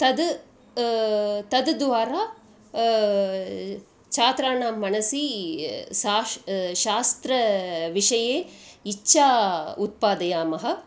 तद् तद्द्वारा छात्राणां मनसि साश् शास्त्रविषये इच्छा उत्पादयामः